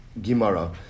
Gimara